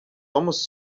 almost